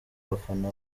abafana